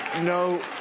No